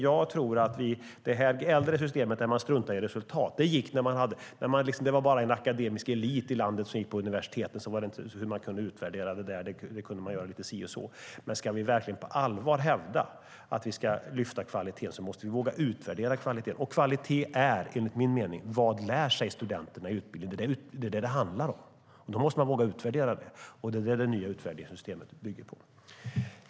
Jag tror att det äldre systemet, där man struntar i resultat, gick att ha när det bara var en akademisk elit i landet som gick på universiteten. Då kunde man utvärdera det hela lite si och lite så. Men om vi verkligen på allvar ska kunna hävda att vi ska lyfta kvaliteten måste vi våga utvärdera kvaliteten. Enligt min mening är kvaliteten vad studenterna lär sig i utbildningen. Det är detta det handlar om. Då måste man våga utvärdera det, och det är detta det nya utvärderingssystemet bygger på.